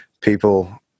people